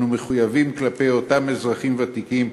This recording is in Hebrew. אנו מחויבים כלפי אותם אזרחים ותיקים,